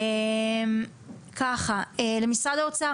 ממשרד האוצר,